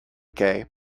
gay